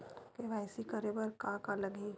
KYC करे बर का का लगही?